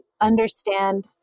understand